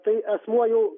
tai asmuo jau